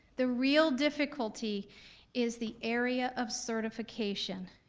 the real difficulty is the area of certification.